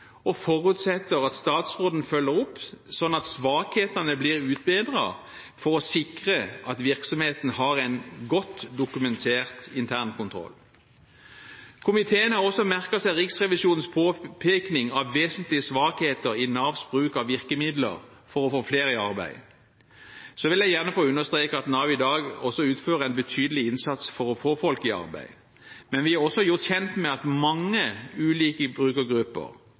og forutsetter at statsråden følger opp sånn at svakhetene blir utbedret for å sikre at virksomheten har en godt dokumentert internkontroll. Komiteen har også merket seg Riksrevisjonens påpekning av vesentlige svakheter i Navs bruk av virkemidler for å få flere i arbeid. Så vil jeg gjerne få understreke at Nav i dag også utfører en betydelig innsats for å få folk i arbeid, men vi er også gjort kjent med at mange ulike brukergrupper,